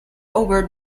over